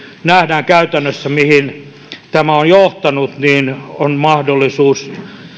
nähdään käytännössä mihin tämä on johtanut niin on mahdollisuus